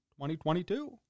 2022